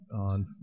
on